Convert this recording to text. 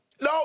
No